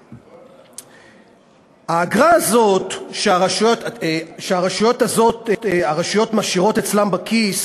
האגרה הזאת שהרשויות משאירות אצלן בכיס